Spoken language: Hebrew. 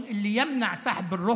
מהאנשים, נהג משאית,